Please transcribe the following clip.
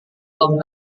tom